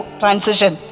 transition